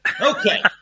Okay